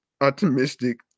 optimistic